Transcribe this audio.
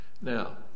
Now